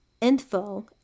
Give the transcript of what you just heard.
info